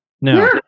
No